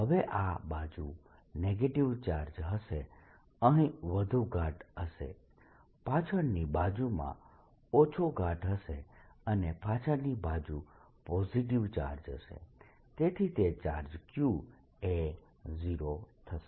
હવે આ બાજુ નેગેટીવ ચાર્જ હશે અહીં તે વધુ ગાઢ હશે પાછળની બાજુમાં ઓછો ગાઢ હશે અને પાછળની બાજુ પોઝીટીવ ચાર્જ હશે તેથી તે ચાર્જ Q એ 0 થશે